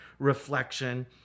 reflection